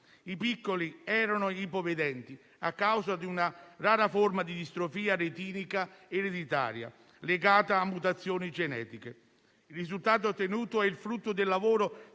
I piccoli erano ipovedenti a causa di una rara forma di distrofia retinica ereditaria legata a mutazioni genetiche. Il risultato ottenuto è il frutto del lavoro